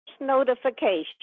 notification